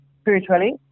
spiritually